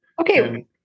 Okay